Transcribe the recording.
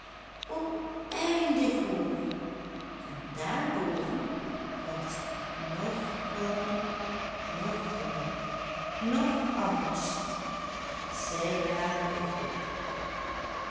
oneindig hoog en daar boven was noch koude noch honger noch angst zij waren bij god